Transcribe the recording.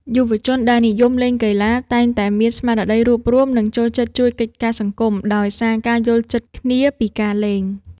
យុវជនដែលនិយមលេងកីឡាតែងតែមានស្មារតីរួបរួម និងចូលចិត្តជួយកិច្ចការសង្គមដោយសារការយល់ចិត្តគ្នាពីការលេង។